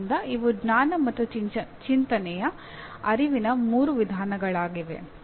ಆದ್ದರಿಂದ ಇವು ಜ್ಞಾನ ಮತ್ತು ಚಿಂತನೆಯ ಅರಿವಿನ ಮೂರು ವಿಧಗಳಾಗಿವೆ